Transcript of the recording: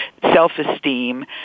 self-esteem